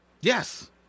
yes